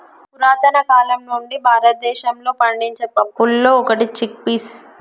పురతన కాలం నుండి భారతదేశంలో పండించే పప్పులలో ఒకటి చిక్ పీస్